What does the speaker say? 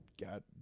got